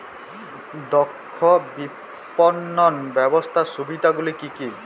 দক্ষ বিপণন ব্যবস্থার সুবিধাগুলি কি কি?